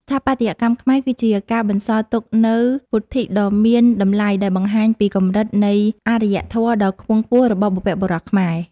ស្ថាបត្យកម្មខ្មែរគឺជាការបន្សល់ទុកនូវពុទ្ធិដ៏មានតម្លៃដែលបង្ហាញពីកម្រិតនៃអារ្យធម៌ដ៏ខ្ពង់ខ្ពស់របស់បុព្វបុរសយើង។